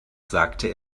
sagte